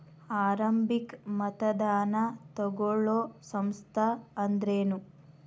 ಆರಂಭಿಕ್ ಮತದಾನಾ ತಗೋಳೋ ಸಂಸ್ಥಾ ಅಂದ್ರೇನು?